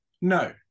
no